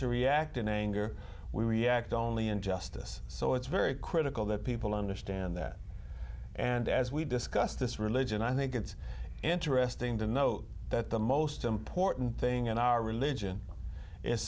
to react in anger we react only in justice so it's very critical that people understand that and as we discuss this religion i think it's interesting to note that the most important thing in our religion is